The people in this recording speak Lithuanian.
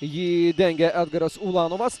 jį dengia edgaras ulanovas